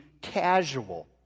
casual